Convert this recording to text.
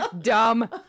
Dumb